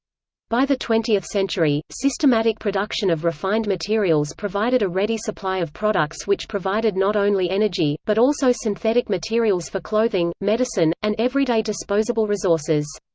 by the twentieth century, systematic production of refined materials provided a ready supply of products which provided not only energy, but also synthetic materials for clothing, medicine, and everyday disposable resources.